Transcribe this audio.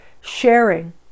sharing